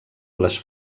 les